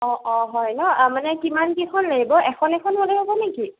অ অ হয় ন' মানে কিমান কেইখন লাগিব এখন এখন হ'লে হ'ব নেকি